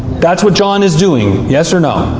that's what john is doing, yes or no?